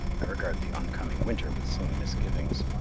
i regard the oncoming winter with some misgivings.